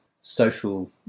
social